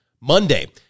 Monday